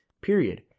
Period